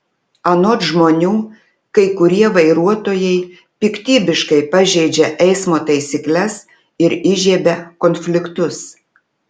anot žmonių kai kurie vairuotojai piktybiškai pažeidžia eismo taisykles ir įžiebia konfliktus